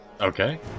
Okay